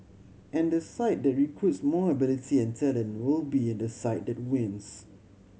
and the side that recruits more ability and talent will be the side that wins